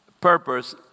purpose